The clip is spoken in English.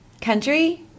Country